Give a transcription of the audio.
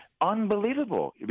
unbelievable